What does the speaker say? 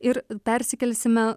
ir persikelsime